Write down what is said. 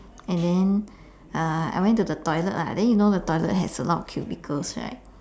and then uh I went to the toilet lah then you know the toilet has a lot of cubicles right